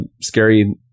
scary